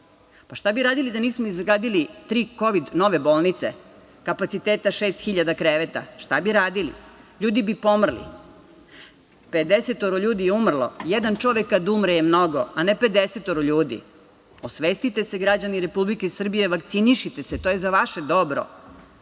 Šta bi radili da nismo izgradili tri kovid nove bolnice kapaciteta 6.000 kreveta? Šta bi radili? Ljudi bi pomrli. Pedesetoro ljudi je umrlo, jedan čovek kada umre je mnogo, a ne pedesetoro ljudi. Osvestite se građani Republike Srbije, vakcinišite se, to je za vaše dobro.